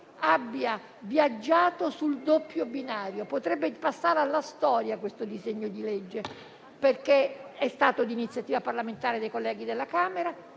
abbia viaggiato sul doppio binario. Potrebbe passare alla storia, perché è stato di iniziativa parlamentare dei colleghi della Camera,